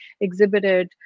exhibited